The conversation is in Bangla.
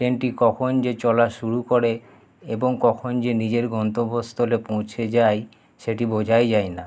ট্রেনটি কখন যে চলা শুরু করে এবং কখন যে নিজের গন্তব্যস্থলে পৌঁছে যায় সেটি বোঝাই যায় না